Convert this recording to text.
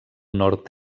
nord